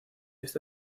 esta